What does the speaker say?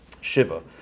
Shiva